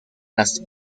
las